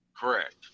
Correct